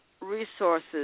resources